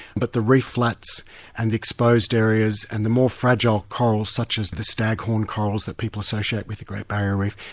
but the reef flats and the exposed areas and the more fragile corals such as the staghorn corals that people associate with the great barrier reef,